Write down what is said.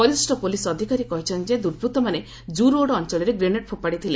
ବରିଷ୍ଣ ପୋଲିସ ଅଧକାରୀ କହିଛନ୍ତି ଯେ ଦୁର୍ବୂତ୍ତମାନେ ଜୁ ରୋଡ୍ ଅଞ୍ଚଳରେ ଗ୍ରେନେଡ୍ ଫୋପାଡ଼ିଥିଲେ